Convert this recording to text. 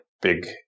big